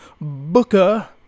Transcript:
Booker